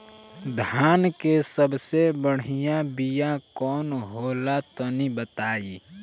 धान के सबसे बढ़िया बिया कौन हो ला तनि बाताई?